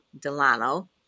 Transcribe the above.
Delano